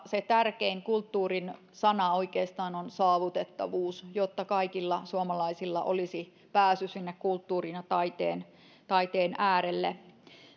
se tärkein kulttuurin sana oikeastaan on saavutettavuus jotta kaikilla suomalaisilla olisi pääsy sinne kulttuurin ja taiteen taiteen äärelle